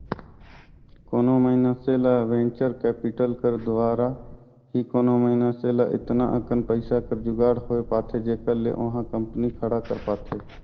कोनो मइनसे ल वेंचर कैपिटल कर दुवारा ही कोनो मइनसे ल एतना अकन पइसा कर जुगाड़ होए पाथे जेखर ले ओहा कंपनी खड़ा कर पाथे